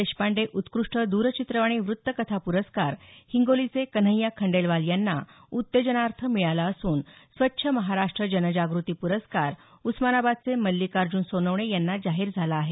देशपांडे उत्कृष्ट द्रचित्रवाणी वृत्तकथा प्रस्कार हिंगोलीचे कन्हैय्या खंडेलवाल यांना उत्तेजनार्थ मिळाला असून स्वच्छ महाराष्ट्र जनजाग्रती प्रस्कार उस्मानादचे मल्लिकार्जून सोनवणे यांना जाहीर झाला आहे